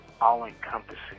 all-encompassing